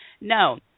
No